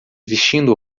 vestindo